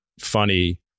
funny